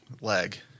leg